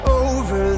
over